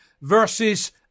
versus